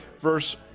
verse